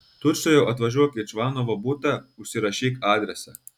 tučtuojau atvažiuok į čvanovo butą užsirašyk adresą